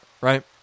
Right